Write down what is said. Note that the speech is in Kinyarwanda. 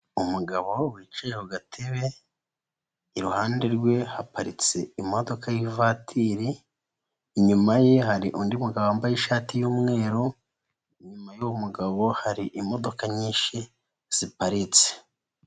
Umugabo wicaye ku gatebe, iruhande rwe haparitse imodoka y'ivatiri, inyuma ye hari undi mugabo wambaye ishati y'umweru, inyuma y'uwo mugabo hari imodoka nyinshi ziparitse.